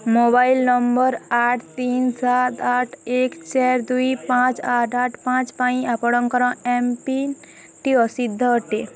mobile number ଆଠ ତିନି ସାତ ଆଠ ଏକ ଚାରି ଦୁଇ ପାଞ୍ଚ ଆଠ ଆଠ ପାଞ୍ଚ ପାଇଁ ଆପଣଙ୍କର ଏମ୍ପିନ୍ଟି ଅସିଦ୍ଧ ଅଟେ